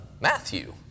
Matthew